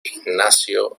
ignacio